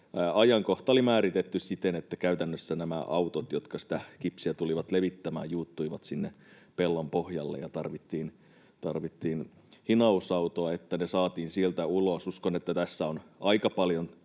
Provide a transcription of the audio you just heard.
ajankohta oli määritetty siten, että käytännössä nämä autot, jotka sitä kipsiä tulivat levittämään, juuttuivat sinne pellon pohjalle ja tarvittiin hinausautoa, jotta ne saatiin sieltä ulos. Uskon, että tässä on aika paljon